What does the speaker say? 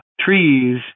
trees